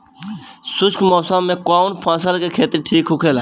शुष्क मौसम में कउन फसल के खेती ठीक होखेला?